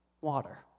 water